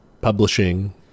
publishing